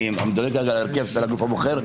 אני מדלג על ההרכב של הגוף הבוחר,